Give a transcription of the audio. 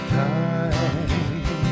time